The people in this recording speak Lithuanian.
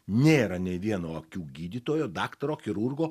nėra nei vieno akių gydytojo daktaro chirurgo